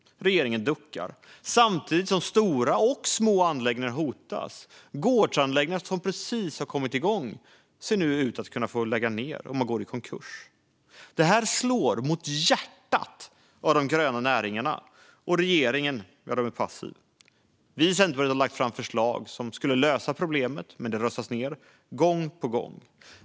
Regeringen duckar. Samtidigt hotas små och stora anläggningar. Gårdsanläggningar som precis har kommit igång riskerar att få lägga ned på grund av konkurs. Detta slår mot hjärtat av de gröna näringarna, men regeringen är passiv. Centerpartiet har lagt fram förslag som skulle lösa problemet, men de röstas ned gång på gång.